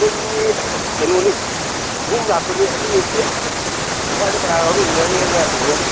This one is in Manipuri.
ꯑꯩꯈꯣꯏ ꯃꯤ ꯀꯩꯅꯣꯅꯤ ꯑꯍꯨꯝ ꯂꯥꯛꯄꯅꯤ ꯑꯅꯤꯑꯝꯗꯤ ꯁ꯭ꯋꯥꯏꯗ ꯀꯅꯥ ꯀꯅꯥꯅꯣꯝꯒ ꯎꯟꯅꯅꯤꯅ ꯂꯩꯍꯧꯔꯤ